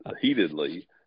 heatedly